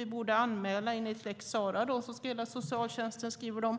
Vi borde anmäla enligt lex Sarah, skriver de,